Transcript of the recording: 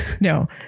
No